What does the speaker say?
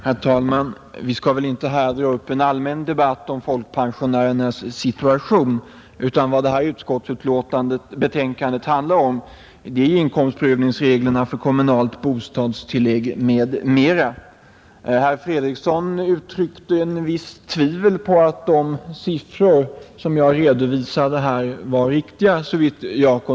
Herr talman! Vi skall väl inte här dra upp en allmän debatt om folkpensionärernas situation, utan vad detta utskottsbetänkande handlar om är inkomstprövningsregler för kommunalt bostadstillägg m.m. Såvitt jag kunde förstå uttryckte herr Fredriksson visst tvivel på att de siffror som jag redovisade här var riktiga.